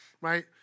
right